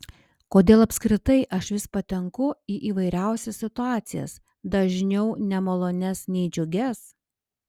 kodėl apskritai aš vis patenku į įvairiausias situacijas dažniau nemalonias nei džiugias